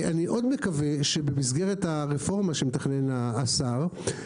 אני מאוד מקווה שבמסגרת הרפורמה שמתכנן השר,